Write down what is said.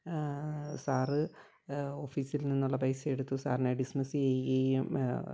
sir ഓഫീസിൽ നിന്നുള്ള പൈസയെടുത്തു സാറിനെ ഡിസ്മിസ് ചെയ്യുകയും